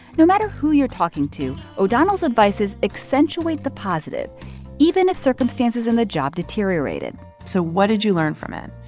no matter who you're talking to, o'donnell's advice is accentuate the positive even if circumstances in the job deteriorated so what did you learn from it.